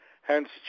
Hence